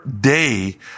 day